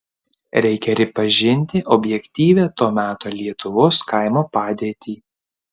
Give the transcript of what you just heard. reikia ripažinti objektyvią to meto lietuvos kaimo padėtį